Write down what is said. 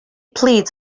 pleads